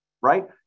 Right